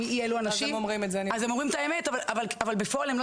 אי אלו אנשים אז הם אומרים את האמת אבל בפועל הם לא